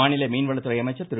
மாநில மீன்வளத்துறை அமைச்சர் திரு